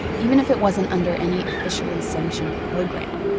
even if it wasn't under any officially sanctioned program.